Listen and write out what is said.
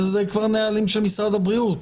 זה כבר נהלים של משרד הבריאות,